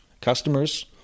customers